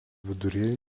viduryje